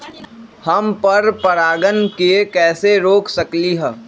हम पर परागण के कैसे रोक सकली ह?